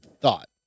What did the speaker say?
thought